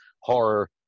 horror